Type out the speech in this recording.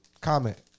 comment